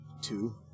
Two